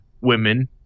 women